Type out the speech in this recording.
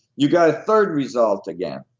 you got a third result again.